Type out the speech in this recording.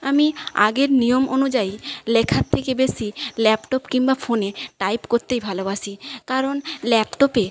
আমি আগের নিয়ম অনুযায়ী লেখার থেকে বেশি ল্যাপটপ কিম্বা ফোনে টাইপ করতেই ভালোবাসি কারণ ল্যাপটপে